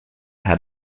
had